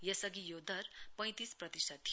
यसअधि यो दर पैतिस प्रतिशत थियो